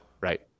Right